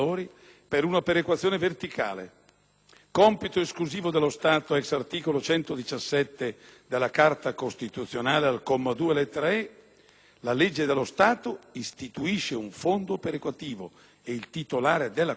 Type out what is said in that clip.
compito esclusivo dello Stato *ex* articolo 117 della Carta costituzionale, comma 2, lettera *e*), è l'istituzione con legge di un fondo perequativo ed il titolare della competenza è il Parlamento della Repubblica.